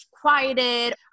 quieted